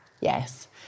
Yes